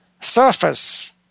surface